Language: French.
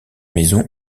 maison